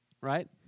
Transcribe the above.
Right